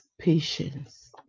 patience